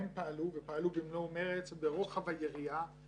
בפברואר 2020 הגיש מבקר המדינה את דוח 70ב שכלל 35 פרקים נוספים,